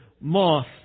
moth